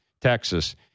Texas